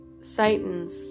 satan's